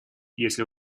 если